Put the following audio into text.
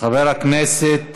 חבר הכנסת